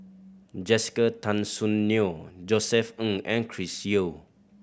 Jessica Tan Soon Neo Josef Ng and Chris Yeo